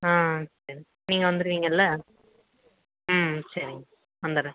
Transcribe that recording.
ஆ சரி நீங்கள் வந்துருவீங்கள்ல ம் சரிங்க வந்துடுறேன்